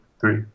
three